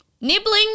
Nibbling